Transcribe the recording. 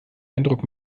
eindruck